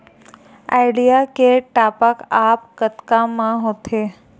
Idea के top आप कतका म होथे?